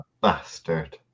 bastard